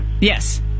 Yes